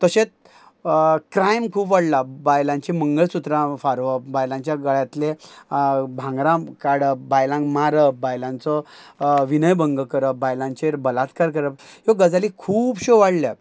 तशेंत क्रायम खूब वाडला बायलांचीं मंगळसुत्रां फारोवप बायलांच्या गळ्यांतलें भांगरां काडप बायलांक मारप बायलांचो विनयभंग करप बायलांचेर बलात्कार करप ह्यो गजाली खुबश्यो वाडल्यात